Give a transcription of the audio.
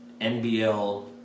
NBL